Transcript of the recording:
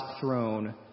throne